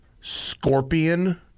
scorpion